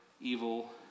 evil